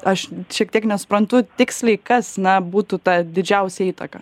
aš šiek tiek nesuprantu tiksliai kas na būtų ta didžiausia įtaka